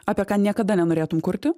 apie ką niekada nenorėtum kurti